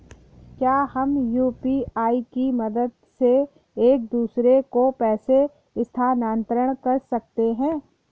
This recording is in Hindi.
क्या हम यू.पी.आई की मदद से एक दूसरे को पैसे स्थानांतरण कर सकते हैं?